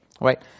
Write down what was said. right